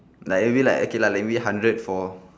like maybe like okay lah maybe hundred for